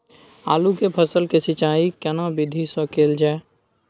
आलू के फसल के सिंचाई केना विधी स कैल जाए?